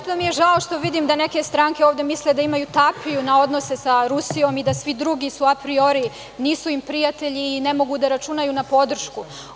Zaista mi je žao što vidim da neke stranke ovde misle da imaju tapiju na odnose sa Rusijom i da svi drugi su apriori, nisu im prijatelji i ne mogu da računaju na podršku.